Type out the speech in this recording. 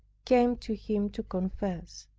came to him to confess.